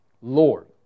Lord